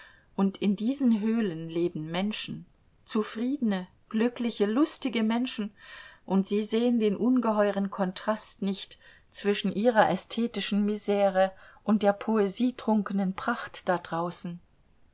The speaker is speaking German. und in diesen höhlen leben menschen zufriedene glückliche lustige menschen und sie sehen den ungeheuren kontrast nicht zwischen ihrer ästhetischen misere und der poesietrunkenen pracht da draußen